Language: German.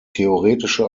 theoretische